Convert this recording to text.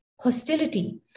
hostility